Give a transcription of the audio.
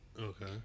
Okay